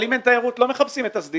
אבל אם אין תיירות, לא מכבסים את הסדינים.